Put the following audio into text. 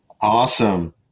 Awesome